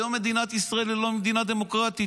היום מדינת ישראל היא לא מדינה דמוקרטית,